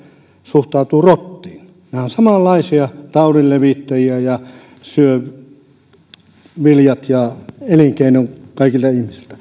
suhtautuvat rottiin nämä ovat samanlaisia taudinlevittäjiä ja syövät viljat ja elinkeinon kaikilta ihmisiltä